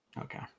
Okay